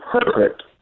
perfect